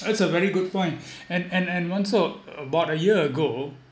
that's a very good point and and and also about a year ago